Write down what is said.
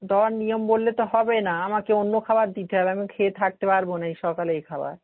দেওয়ার নিয়ম বললে তো হবে না আমাকে অন্য খাবার দিতে হবে আমি খেয়ে থাকতে পারবো না এই সকালে এই খাবার